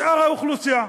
משאר האוכלוסייה.